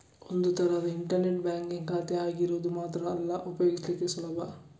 ಒಂದು ತರದ internet banking ಖಾತೆ ಆಗಿರೋದು ಮಾತ್ರ ಅಲ್ಲ ಉಪಯೋಗಿಸ್ಲಿಕ್ಕೆ ಸುಲಭ